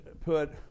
put